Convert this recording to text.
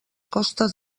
costes